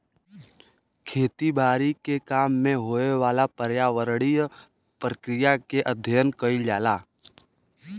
खेती बारी के काम में होए वाला पर्यावरणीय प्रक्रिया के अध्ययन कइल जाला